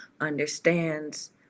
understands